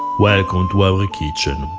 welcome to our kitchen.